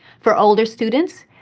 for older students,